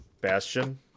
Bastion